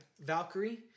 Valkyrie